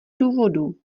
důvodů